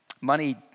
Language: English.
Money